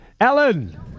Alan